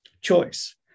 choice